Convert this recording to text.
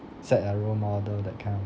it's like a role model that kind of